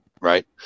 right